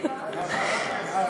קצר.